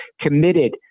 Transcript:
committed